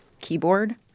keyboard